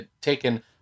taken